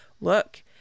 look